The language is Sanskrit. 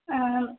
आम्